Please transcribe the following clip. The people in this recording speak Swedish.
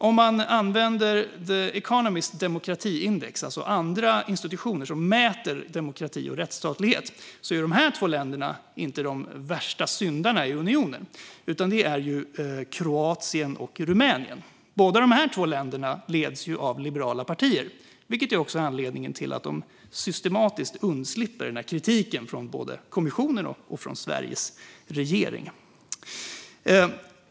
Om man använder The Economists demokratiindex, alltså andra institutioner som mäter demokrati och rättsstatlighet, är dessa två länder inte de värsta syndarna i unionen utan det är Kroatien och Rumänien. Båda de länderna leds av liberala partier, vilket också är anledningen till att de systematiskt undslipper kritiken från både kommissionen och Sveriges regering.